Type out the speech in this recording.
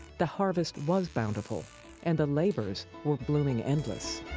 the harvest was bountiful and the labors were blooming endless.